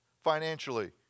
financially